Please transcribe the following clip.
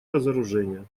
разоружения